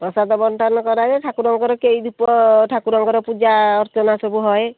ପ୍ରସାଦ ବଣ୍ଟନ କରାଯାଏ ଠାକୁରଙ୍କର କେଇ ଦୀପ ଠାକୁରଙ୍କର ପୂଜା ଅର୍ଚ୍ଚନା ସବୁ ହୁଏ